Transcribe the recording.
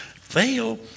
fail